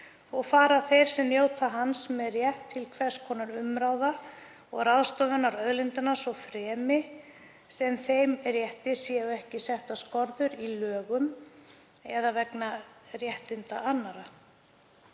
og fara þeir sem njóta hans með rétt til hvers konar umráða og ráðstöfunar auðlindanna svo fremi að þeim rétti séu ekki settar skorður í lögum eða vegna réttinda annarra.